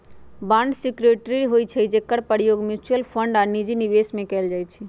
bond security होइ छइ जेकर प्रयोग म्यूच्यूअल फंड आऽ निजी निवेश में कएल जाइ छइ